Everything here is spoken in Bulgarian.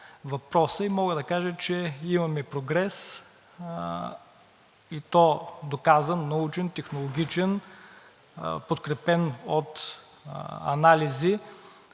и мога да кажа, че имаме прогрес, и то доказан, научен, технологичен, подкрепен от анализи,